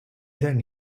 then